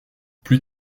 plus